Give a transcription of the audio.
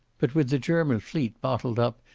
but with the german fleet bottled up,